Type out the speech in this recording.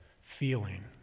feeling